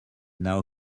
now